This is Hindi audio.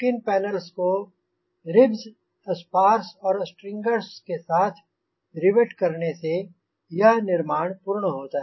स्किन पैनल्स को रिब्ज़ स्पार्स और स्ट्रिंगेरस के साथ रिवेट करने से यह निर्माण पूरा होता है